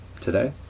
Today